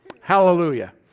Hallelujah